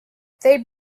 they